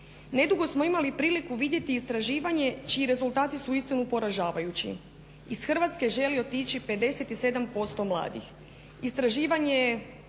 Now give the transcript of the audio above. Nedugo smo imali priliku vidjeti istraživanje čiji rezultati su uistinu poražavajući. Iz Hrvatske želi otići 57% mladih. Istraživanje